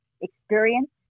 experience